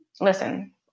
listen